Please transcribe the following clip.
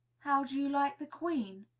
how do you like the queen?